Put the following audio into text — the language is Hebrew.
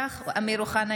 אינו נוכח אמיר אוחנה,